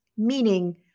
meaning